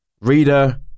Reader